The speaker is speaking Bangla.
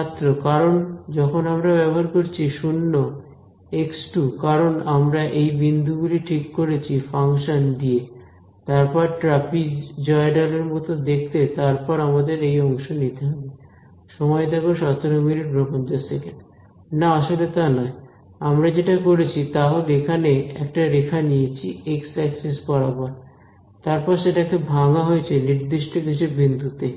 ছাত্র কারণ যখন আমরা ব্যবহার করছি 0 x2 কারণ আমরা এই বিন্দুগুলি ঠিক করেছি ফাংশন দিয়ে কারণ ট্রাপিজয়ডাল এর মত দেখতে তারপর আমাদের ওই অংশ নিতে হবে না আসলে তা নয় আমরা যেটা করেছি তা হল এখানে একটা রেখা নিয়েছি এক্স অ্যাক্সিস বরাবর তারপর সেটাকে ভাঙ্গা হয়েছে নির্দিষ্ট কিছু বিন্দুতে